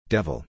Devil